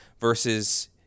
versus